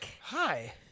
hi